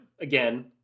again